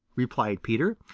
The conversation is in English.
replied peter.